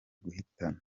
guhatana